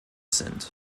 sind